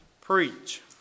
preach